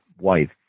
wife